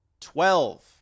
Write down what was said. Twelve